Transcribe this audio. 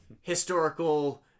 historical